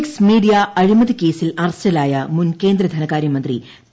X media അഴിമതി കേസിൽ അറസ്റ്റിലായ മുൻ കേന്ദ്ര ധനകാര്യ മന്ത്രി പി